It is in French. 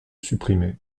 supprimer